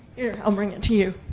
here. i'll bring it to you.